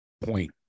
point